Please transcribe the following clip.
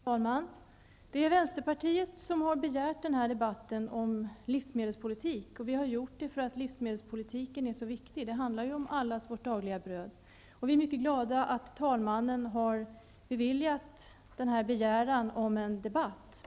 Fru talman! Det är Vänsterpartiet som har begärt den här debatten om livsmedelspolitik. Vi har gjort det därför att livsmedelspolitiken är så viktig. Det handlar ju om allas vårt dagliga bröd. Vi är mycket glada att talmannen har beviljat vår begäran om en debatt.